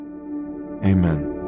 Amen